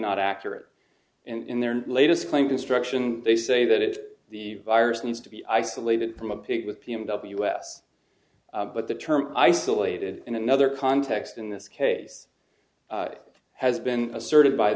not accurate in their latest claim destruction they say that it the virus needs to be isolated from a pig with p o w s but the term isolated in another context in this case has been a